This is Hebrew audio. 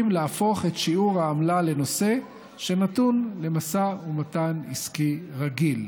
להפוך את שיעור העמלה לנושא שנתון למשא ומתן עסקי רגיל.